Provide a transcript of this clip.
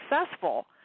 successful